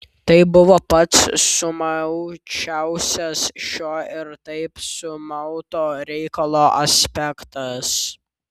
tai buvo pats sumaučiausias šio ir taip sumauto reikalo aspektas